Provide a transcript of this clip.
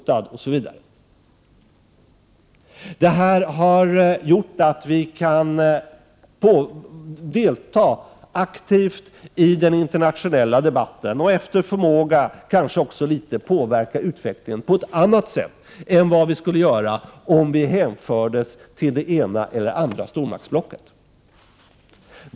Detta har gjort att vi kan delta aktivt i den internationella debatten och efter förmåga kanske också påverka Ez Att Västeuropa blir en stor marknad utan inre hinder är naturligtvis en stor Sverige och den väst XR < FR ; é ; chans för de svenska företagen, även om vissa handelshinder skulle bestå i eiska integra 5 é hå TE - NE 5 framtiden. EG-utvecklingen är under alla omständigheter gynnsam för det utvecklingen på ett annat sätt än vad som skulle vara möjligt om vi hänfördes Prot. 1988/89:129 till det ena eller andra stormaktsblocket.